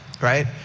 right